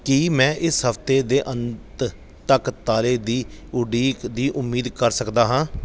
ਕੀ ਮੈਂ ਇਸ ਹਫ਼ਤੇ ਦੇ ਅੰਤ ਤੱਕ ਤਾਲੇ ਦੀ ਉਡੀਕ ਦੀ ਉਮੀਦ ਕਰ ਸਕਦਾ ਹਾਂ